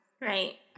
right